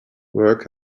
work